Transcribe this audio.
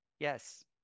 Yes